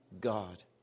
God